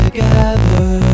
Together